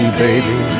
baby